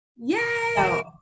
Yay